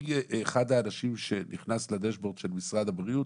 אני אחד האנשים שנכנס לדשבורד של משרד הבריאות